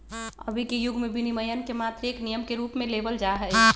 अभी के युग में विनियमन के मात्र एक नियम के रूप में लेवल जाहई